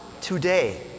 today